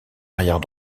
arrière